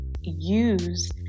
use